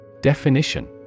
Definition